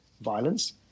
violence